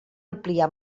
ampliar